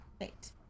wait